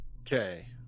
Okay